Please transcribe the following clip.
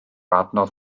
adnodd